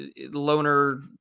loner